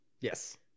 Yes